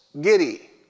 giddy